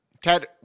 Ted